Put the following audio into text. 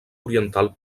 oriental